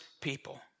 people